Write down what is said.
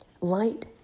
Light